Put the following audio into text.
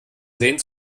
sehen